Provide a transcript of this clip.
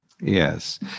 Yes